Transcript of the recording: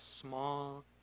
small